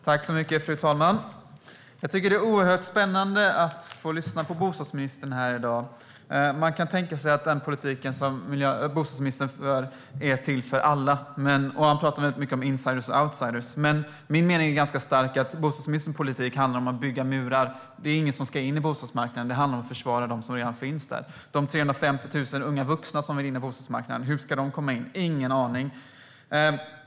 Fru talman! Jag tycker att det är oerhört spännande att lyssna på bostadsministern här i dag. Man kan tänka sig att den bostadspolitik som bostadsministern för är till för alla, och han pratar mycket väldigt mycket om insiders och outsiders. Men min mening är ganska stark att bostadsministerns politik handlar om att bygga murar. Det är ingen som ska in på bostadsmarknaden. Det handlar om att försvara dem som redan finns där. Hur ska de 350 000 unga vuxna som vill in på bostadsmarknaden komma in? Ingen aning.